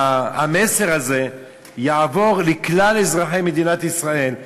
והמסר הזה יעבור לכלל אזרחי מדינת ישראל,